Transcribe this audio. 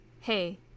Hey